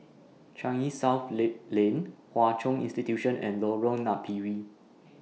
Changi South Lane Hwa Chong Institution and Lorong Napiri